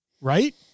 Right